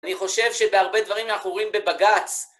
אני חושב שבהרבה דברים אנחנו רואים בבגץ.